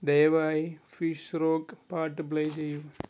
ദയവായി fish rock പാട്ട് play ചെയ്യൂ